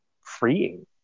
freeing